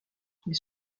ils